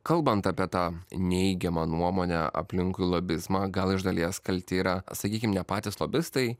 kalbant apie tą neigiamą nuomonę aplinkui lobizmą gal iš dalies kalti yra sakykim ne patys lobistai